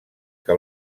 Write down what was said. que